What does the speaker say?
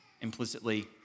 Implicitly